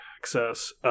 access